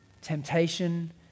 Temptation